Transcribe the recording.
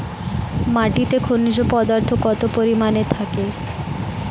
মাটিতে খনিজ পদার্থ কত পরিমাণে থাকে?